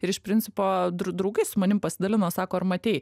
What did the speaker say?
ir iš principo dru draugai su manim pasidalino sako ar matei